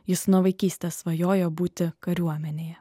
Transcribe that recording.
jis nuo vaikystės svajojo būti kariuomenėje